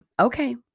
okay